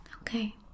Okay